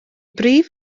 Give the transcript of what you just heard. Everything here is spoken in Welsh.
brif